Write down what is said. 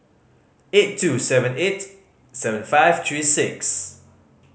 eight two seven eight seven five three six